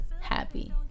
happy